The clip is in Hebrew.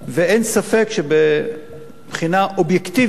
ואין ספק שבבחינה אובייקטיבית